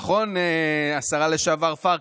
נכון, השרה לשעבר פרקש?